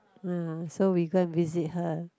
uh so we go and visit her